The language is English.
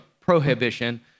prohibition